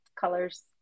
colors